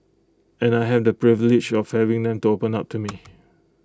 and I have the privilege of having them to open up to me